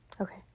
Okay